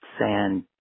sand